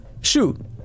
Shoot